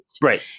Right